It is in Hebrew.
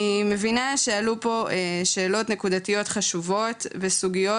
אני מבינה שעלו פה שאלות נקודתיות חשובות וסוגיות